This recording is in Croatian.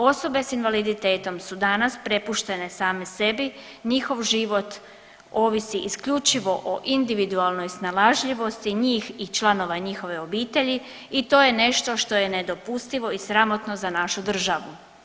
Osobe s invaliditetom su danas prepuštene same sebi, njihov život ovisi isključivo o individualnoj snalažljivosti njih i članova njihove obitelji i to je nešto što je nedopustivo i sramotno za našu državu.